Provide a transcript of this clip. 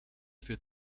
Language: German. für